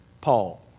Paul